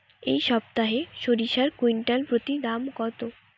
এই সপ্তাহে সরিষার কুইন্টাল প্রতি দাম কত?